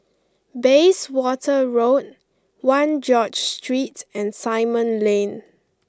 Bayswater Road One George Street and Simon Lane